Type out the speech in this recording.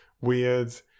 weird